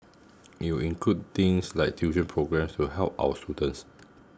it will include things like tuition programmes to help our students